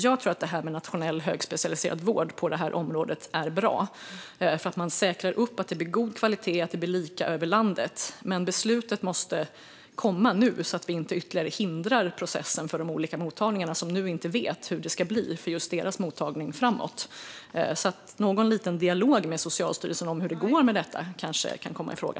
Jag tror att det är bra med en nationell högspecialiserad vård på detta område därför att man då säkrar att det blir god kvalitet och lika över landet, men beslutet måste komma nu så att vi inte ytterligare hindrar processen för de olika mottagningar som nu inte vet hur det ska bli för just deras mottagning framöver. Någon liten dialog med Socialstyrelsen om hur det går med detta kanske kan komma i fråga?